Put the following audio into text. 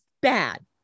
bad